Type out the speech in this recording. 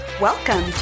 Welcome